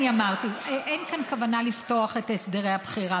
אמרתי: אין כאן כוונה לפתוח את הסדרי הבחירה,